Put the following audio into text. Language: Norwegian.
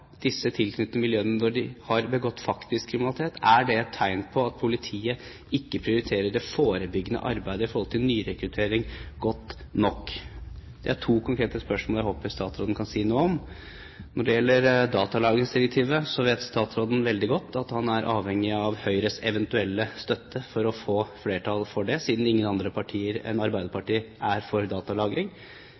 disse tilknyttede miljøene når de har begått faktisk kriminalitet? Er det et tegn på at politiet ikke prioriterer det forebyggende arbeidet i forhold til nyrekruttering godt nok? Det er to konkrete spørsmål som jeg håper statsråden kan si noe om. Når det gjelder datalagringsdirektivet, vet statsråden veldig godt at han er avhengig av Høyres eventuelle støtte for å få flertall for det, siden ingen andre partier enn Arbeiderpartiet er for datalagring.